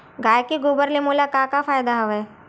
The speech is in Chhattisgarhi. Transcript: गाय के गोबर ले मोला का का फ़ायदा हवय?